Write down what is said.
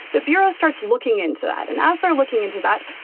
the bureau starts looking into that. and as they're looking into that,